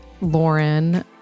Lauren